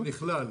זה נכלל.